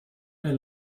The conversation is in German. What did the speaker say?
mehr